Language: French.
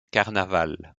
carnaval